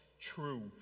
true